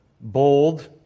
bold